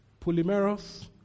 polymeros